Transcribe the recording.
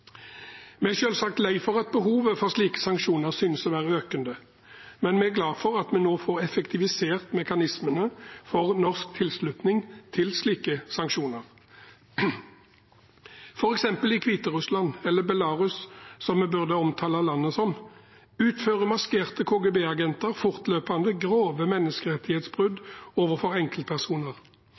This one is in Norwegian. Vi er selvsagt lei for at behovet for slike sanksjoner synes å være økende, men vi er glad for at vi nå får effektivisert mekanismene for norsk tilslutning til slike sanksjoner. For eksempel i Hviterussland – eller Belarus, som vi burde omtale landet som – utfører maskerte KGB-agenter fortløpende grove menneskerettighetsbrudd overfor enkeltpersoner,